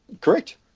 Correct